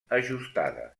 ajustada